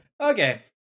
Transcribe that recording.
Okay